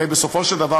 הרי בסופו של דבר,